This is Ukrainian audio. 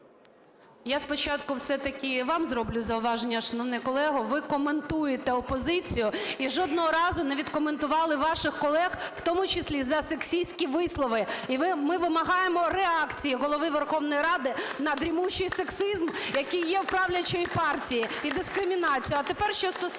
Я спочатку все-таки вам зроблю зауваження, шановний колего. Ви коментуєте опозицію і жодного разу не відкоментували ваших колег, в тому числі за сексистські вислови. І ми вимагаємо реакції Голови Верховної Ради на дрімучий сексизм, який є в правлячої партії, і дискримінацію.